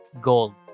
gold